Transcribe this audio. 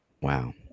wow